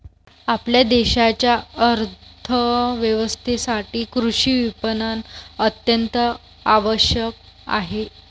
आपल्या देशाच्या अर्थ व्यवस्थेसाठी कृषी विपणन अत्यंत आवश्यक आहे